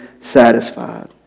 satisfied